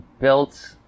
built